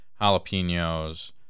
jalapenos